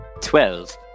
Twelve